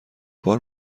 بار